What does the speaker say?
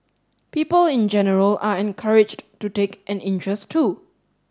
people in general are encouraged to take an interest too